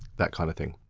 that kind of thing.